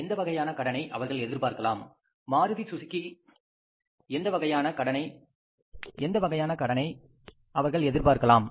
இப்பொழுது எந்த வகையான கடனை அவர்கள் எதிர்பார்க்கலாம்